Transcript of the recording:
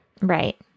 right